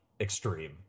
extreme